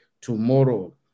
tomorrow